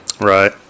Right